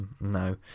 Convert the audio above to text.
No